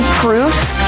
proofs